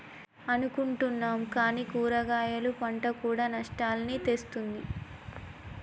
అనుకుంటున్నాం కానీ కూరగాయలు పంట కూడా నష్టాల్ని తెస్తుంది